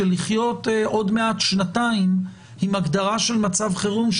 של לחיות עוד מעט שנתיים עם הגדרה של מצב חירום,